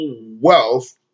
wealth